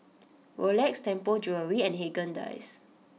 Rolex Tianpo Jewellery and Haagen Dazs